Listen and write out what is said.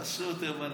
פשוט הם אנשים,